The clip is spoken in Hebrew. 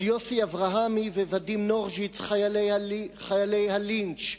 על יוסי אברהמי וואדים נורז'יץ, חיילי הלינץ'